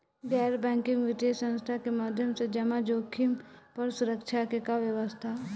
गैर बैंकिंग वित्तीय संस्था के माध्यम से जमा जोखिम पर सुरक्षा के का व्यवस्था ह?